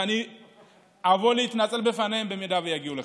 ואני אבוא להתנצל בפניהם במידה שיגיעו לכך.